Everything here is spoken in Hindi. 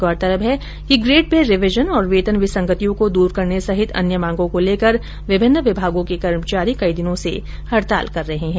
गौरतलब है कि ग्रेड पे रिवीजन और वेतन विसंगतियों को दूर करने सहित अन्य मांगों को लेकर विभिन्न विभागों के कर्मचारी कई दिनों से हड़ताल कर रहे है